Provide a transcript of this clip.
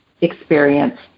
experience